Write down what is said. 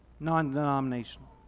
non-denominational